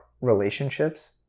relationships